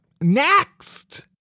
next